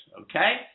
Okay